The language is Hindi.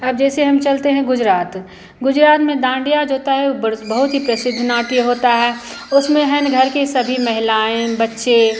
अब जैसे हम चलते हैं गुजरात गुजरात में डांडिया जो होता है वह बहुत ही प्रसिद्ध नाट्य होता है उसमें है ना घर की सभी महिलाएँ बच्चे